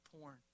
porn